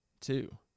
two